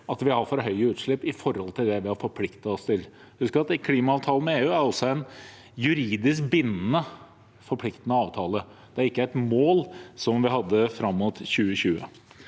at vi har for høye utslipp i forhold til det vi har forpliktet oss til. Husk at klimaavtalen med EU også er en juridisk bindende, forpliktende avtale. Det er ikke et mål, som vi hadde fram mot 2020.